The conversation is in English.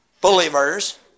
believers